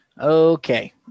Okay